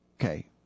Okay